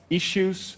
issues